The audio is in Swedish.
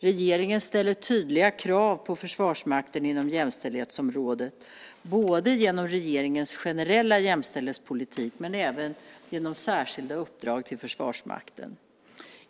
Regeringen ställer tydliga krav på Försvarsmakten inom jämställdhetsområdet, både genom regeringens generella jämställdhetspolitik och genom särskilda uppdrag till Försvarsmakten.